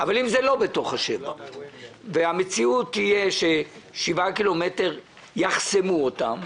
אבל אם זה לא בתוך ה-7 והמציאות תהיה ש-7 קילומטר יחסמו אותם,